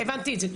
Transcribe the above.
הבנתי את זה כבר.